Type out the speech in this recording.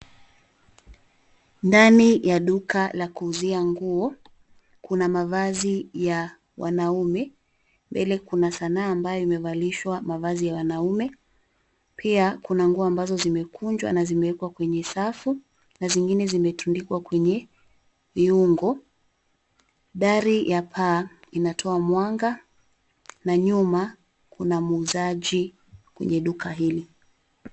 Ndani ya duka la kuuzia nguo, kuna mavazi ya wanaume. Mbele kuna sanaa ambayo imevalishwa mavazi ya wanaume. Pia kuna nguo ambazo zimezokunjwa na zimeekwa kwenye safu na zingine zimetundikwa kwenye viungo. Dari ya paa inatoa mwanga na nyuma kuna muuzaji kwenye duka hili.